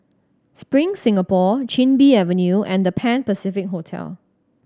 Spring Singapore Chin Bee Avenue and The Pan Pacific Hotel